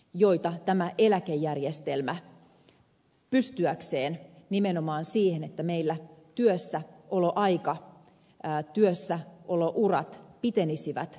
se ei olisi pystynyt nimenomaan siihen että meillä työssäoloaika työssäolourat pitenisivät